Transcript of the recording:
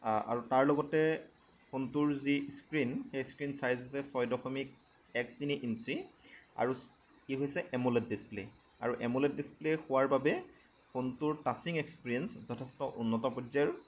আৰু তাৰ লগতে ফোনটোৰ যি স্ক্ৰীণ সেই স্ক্ৰীণ চাইজ হৈছে ছয় দশমিক এক তিনি ইঞ্চি আৰু ই হৈছে এমোলেড ডিছপ্লে আৰু এমোলেড ডিছপ্লে হোৱাৰ বাবে ফোনটোৰ টাচিং এক্সেপেৰিয়েন্স যথেষ্ট উন্নত পৰ্যায়ৰ